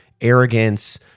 arrogance